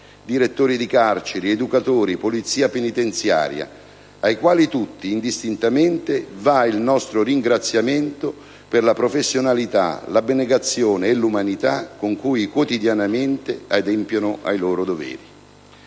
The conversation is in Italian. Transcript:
direttori di carceri, educatori, polizia penitenziaria, ai quali tutti, indistintamente, va il nostro ringraziamento per la professionalità, l'abnegazione e l'umanità con cui quotidianamente adempiono ai loro doveri.